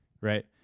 right